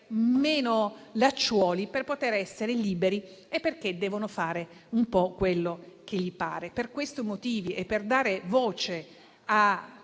meno lacciuoli, per poter essere liberi e perché devono fare un po' quello che desiderano. Per questo motivi e per dare voce